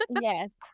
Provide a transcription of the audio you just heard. Yes